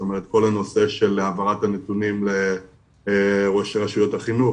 זאת אומרת כל הנושא של העברת נתונים לרשויות החינוך,